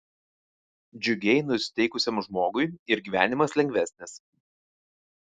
džiugiai nusiteikusiam žmogui ir gyvenimas lengvesnis